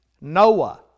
Noah